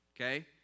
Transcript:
Okay